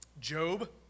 Job